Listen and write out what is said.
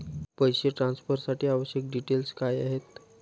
पैसे ट्रान्सफरसाठी आवश्यक डिटेल्स काय आहेत?